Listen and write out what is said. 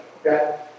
okay